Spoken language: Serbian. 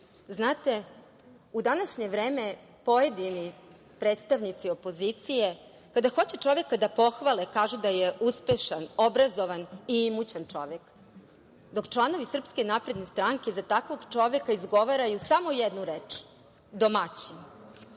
ljudi. Znate, u današnje vreme pojedini predstavnici opozicije, kada hoće čoveka da pohvale, kažu da je uspešan, obrazovan i imućan čovek, dok članovi SNS za takvog čoveka izgovaraju samo jednu reč –